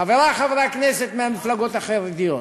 חברי חברי הכנסת מהמפלגות החרדיות?